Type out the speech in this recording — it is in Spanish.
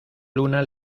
luna